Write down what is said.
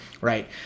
right